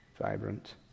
vibrant